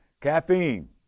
Caffeine